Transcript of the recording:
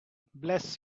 bless